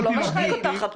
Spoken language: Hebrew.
הוא לא משתיק אותך.